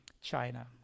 China